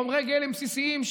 חומרי גלם בסיסיים,